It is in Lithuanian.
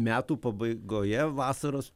metų pabaigoje vasaros